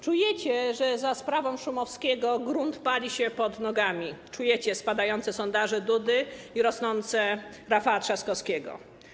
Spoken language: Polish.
Czujecie, że za sprawą Szumowskiego grunt pali się wam pod nogami, czujecie spadające sondaże Dudy i rosnące Rafała Trzaskowskiego.